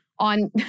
on